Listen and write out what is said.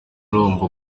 urumva